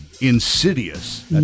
Insidious